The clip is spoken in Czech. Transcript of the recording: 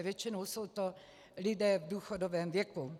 Většinou jsou to lidé v důchodovém věku.